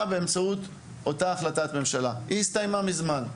באמצעות אותה החלטת ממשלה, אך היא הסתיימה מזמן.